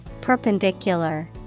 Perpendicular